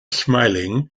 smiling